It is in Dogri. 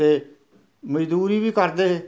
ते मजदूरी बी करदे हे